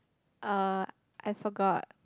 uh I forgot